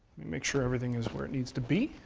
make sure everything is where it needs to be.